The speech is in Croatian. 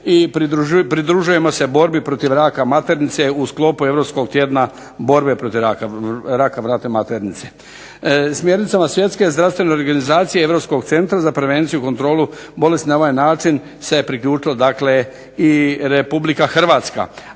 i pridružujemo se borbi protiv raka maternice u sklopu europskog tjedna borbe protiv raka vrata maternice. Smjernicama Svjetske zdravstvene organizacije i Europskog centra za prevenciju i kontrolu bolesti na ovaj način se priključilo dakle i Republika Hrvatska,